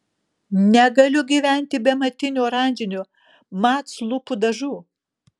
negaliu gyventi be matinių oranžinių mac lūpų dažų